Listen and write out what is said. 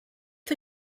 for